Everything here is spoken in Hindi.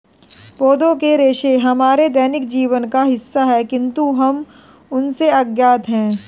पौधों के रेशे हमारे दैनिक जीवन का हिस्सा है, किंतु हम उनसे अज्ञात हैं